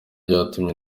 ryatumye